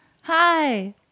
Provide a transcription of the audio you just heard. Hi